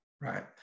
Right